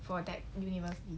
for that university